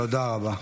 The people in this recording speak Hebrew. תודה רבה.